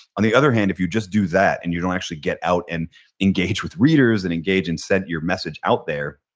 on the other hand if you just do that and you don't actually get out and engage with readers and engage and sent your message out there,